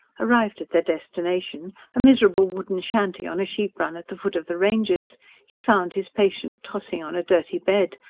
arrived at their destination a miserable wooden shanty on a sheep-run at the foot of the ranges he found his patient tossing on a dirty bed,